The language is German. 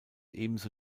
ebenso